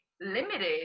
limited